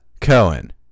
Cohen